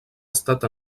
estat